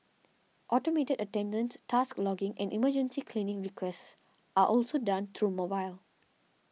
automated attendance task logging and emergency cleaning requests are also done through mobile